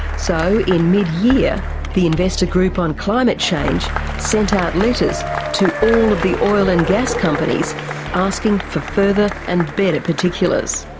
so, in midyear the investor group on climate change sent out letters to all of the oil and gas companies asking for further and better particulars.